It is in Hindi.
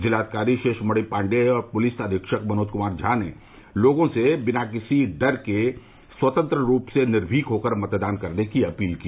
जिलाधिकारी शेषमणि पांडेय और पुलिस अधीक्षक मनोज कूमार झा ने लोगों से बिना किसी के डर के स्वतंत्र रूप से निर्भीक होकर मतदान करने की अपील की